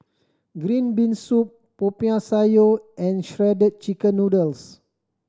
green bean soup Popiah Sayur and Shredded Chicken Noodles